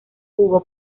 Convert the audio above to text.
jugó